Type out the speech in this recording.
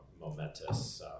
momentous